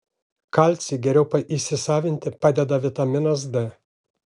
kalcį geriau įsisavinti padeda vitaminas d